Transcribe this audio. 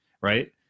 Right